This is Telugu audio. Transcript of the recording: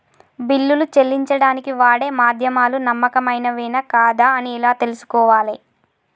బిల్లులు చెల్లించడానికి వాడే మాధ్యమాలు నమ్మకమైనవేనా కాదా అని ఎలా తెలుసుకోవాలే?